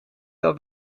dat